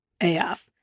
AF